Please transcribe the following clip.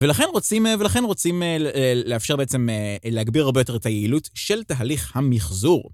ולכן רוצים לאפשר בעצם להגביר הרבה יותר את היעילות של תהליך המחזור.